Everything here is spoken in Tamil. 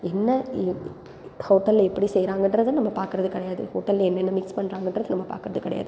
என்ன எ ஹோட்டலில் எப்படி செய்கிறாங்கன்றத நம்ம பார்க்கறது கிடையாது ஹோட்டலில் என்னென்ன மிக்ஸ் பண்ணுறாங்கறத நம்ம பார்க்கறது கிடையாது து